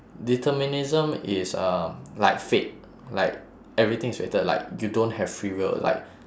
determinism is um like fate like everything is fated like you don't have free will like